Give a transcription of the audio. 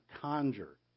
conjure